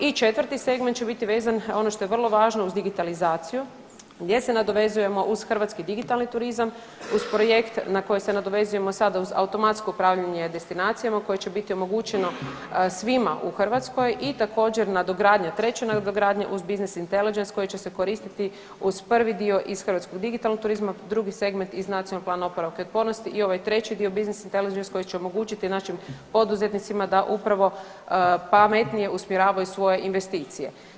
I četvrti segment će biti vezan, ono što je vrlo važno, uz digitalizaciju gdje se nadovezujemo uz hrvatski digitalni turizam, uz projekt na koji se nadovezujemo sada uz automatsko upravljanje destinacijama koje će biti omogućeno svima u Hrvatskoj i također nadogradnja, treća nadogradnja uz business intelligence koji će se koristiti uz prvi dio iz hrvatskog digitalnog turizma, drugi segment iz Nacionalnog plana oporavka i otpornosti i ovaj treći dio business intelligence koji će omogućiti našim poduzetnicima da upravo pametnije usmjeravaju svoje investicije.